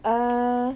err